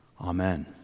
Amen